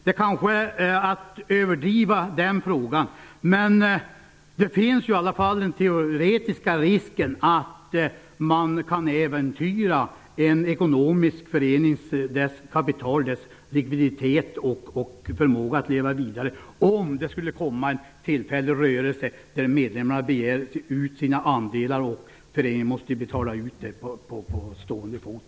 Det kanske är att överdriva den frågan, men det finns i alla fall en teoretisk risk för att man äventyrar en ekonomisk förenings kapital, likviditet och förmåga att leva vidare om det kommer en tillfällig rörelse och medlemmarna begär ut sina andelar. Föreningen måste ju betala ut dem på stående fot.